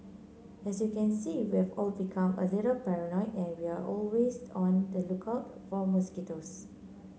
as you can see we've all become a little paranoid and we're always on the lookout for mosquitoes